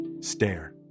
stare